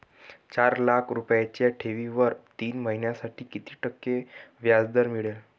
चार लाख रुपयांच्या ठेवीवर तीन महिन्यांसाठी किती टक्के व्याजदर मिळेल?